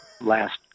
last